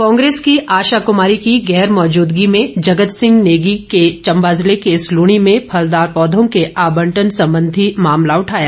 कांग्रेस की आशा कुमारी की गैरमौजूदगी में जगत सिंह नेगी के चम्बा जिले के सलूणी में फलदार पौधों के आबंटन सबंधी मामला उठाया